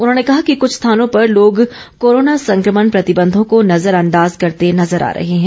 उन्होंने कहा कि कुछ स्थानों पर लोग कोरोना संक्रमण प्रतिबंधों को नजरअंदाज करते नजर आ रहे हैं